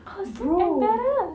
I was so embarrassed